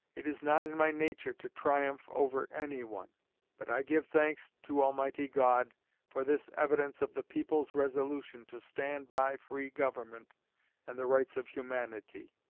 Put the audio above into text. it is not in my nature to triumph over anyone but i give thanks to almighty god for this evidence of the people's resolution to stand by free government and the rights of humanity.